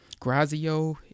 Grazio